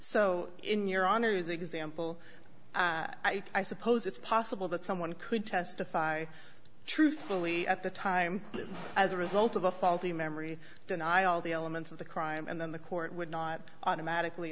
so in your honour's example i suppose it's possible that someone could testify truthfully at the time as a result of a faulty memory deny all the elements of the crime and then the court would not automatically